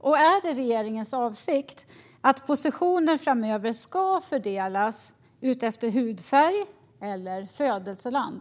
Och är det regeringens avsikt att positioner framöver ska fördelas utifrån hudfärg eller födelseland?